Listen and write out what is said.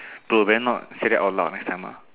bro better not say that out loud next time ah